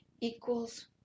Equals